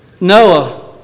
Noah